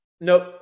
Nope